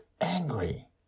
angry